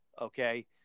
okay